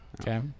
Okay